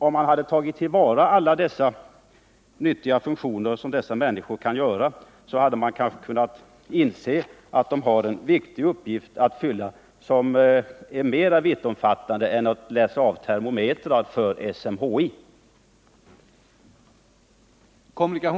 Om man hade tagit till vara alla de nyttiga funktioner som dessa människor kan sköta, hade man kanske insett att de har en viktig uppgift att fylla som är mera vittomfattande än att läsa av termometrar för SMHI.